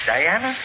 Diana